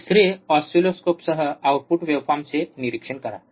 तिसरे ऑसिलोस्कोपसह आउटपुट वेव्हफॉर्मचे निरीक्षण करा